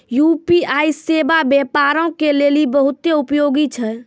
UPI सेबा व्यापारो के लेली बहुते उपयोगी छै